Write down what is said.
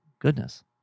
Goodness